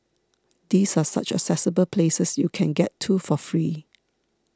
these are such accessible places you can get to for free